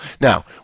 Now